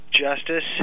justice